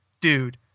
dude